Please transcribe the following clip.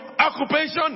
Occupation